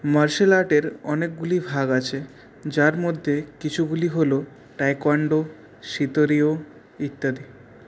martial আর্টের অনেকগুলি ভাগ আছে যার মধ্যে কিছুগুলি হল তাইকন্ডো শিতোরিও ইত্যাদি